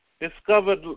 discovered